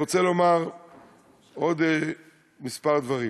רוצה לומר עוד כמה דברים: